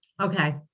Okay